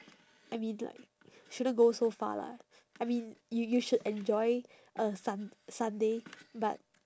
I mean like shouldn't go so far lah I mean you you should enjoy a sun~ sunday but